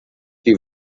die